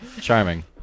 Charming